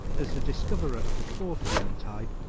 as the discoverer of the fourth human type,